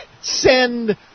send